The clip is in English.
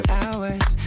hours